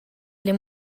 les